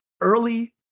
early